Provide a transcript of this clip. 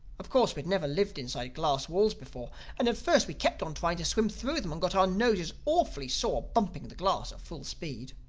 of course we had never lived inside glass walls before and at first we kept on trying to swim through them and got our noses awfully sore bumping the glass at full speed.